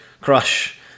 crush